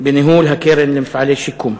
בניהול הקרן למפעלי שיקום.